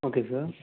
okay sir